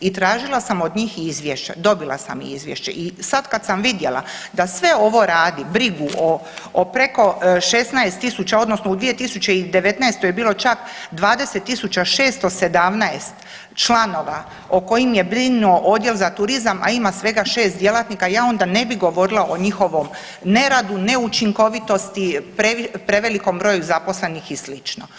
I tražila sam od njih izvješće, dobila sam izvješće i sad kad sam vidjela da sve ovo radi brigu o preko 16.000 odnosno u 2019. je bilo čak 20.617 članova o kojim je brinuo odjel za turizam a ima svega 6 djelatnika ja onda ne bi govorila o njihovom neradu, neučinkovitosti, prevelikom broju zaposlenih i slično.